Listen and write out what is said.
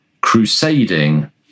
crusading